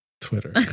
Twitter